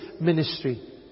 ministry